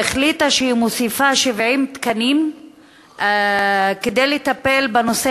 והחליטה שהיא מוסיפה 70 תקנים כדי לטפל בנושא